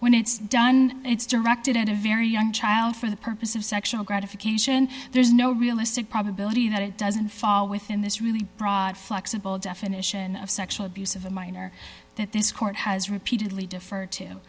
when it's done it's directed at a very young child for the purpose of sexual gratification there's no realistic probability that it doesn't fall within this really broad flexible definition of sexual abuse of a minor that this court has repeatedly defer